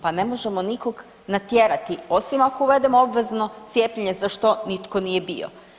Pa ne možemo nikog natjerati, osim ako uvedemo obvezno cijepljenje za što nitko nije bio.